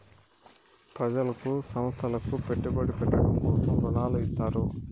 ప్రజలకు సంస్థలకు పెట్టుబడి పెట్టడం కోసం రుణాలు ఇత్తారు